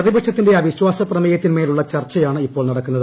പ്രതിപക്ഷത്തിന്റെ അവിശ്വാസ പ്രമേയത്തിൻമേലുള്ള ചർച്ചയാണ് ഇപ്പോൾ നടക്കുന്നത്